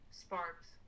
sparks